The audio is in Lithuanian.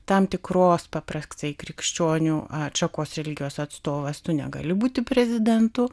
tam tikros paprastai krikščionių atšakos religijos atstovas tu negali būti prezidentu